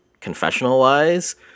confessional-wise